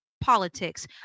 politics